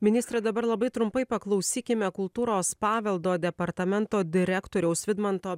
ministre dabar labai trumpai paklausykime kultūros paveldo departamento direktoriaus vidmanto